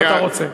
אם אתה רוצה.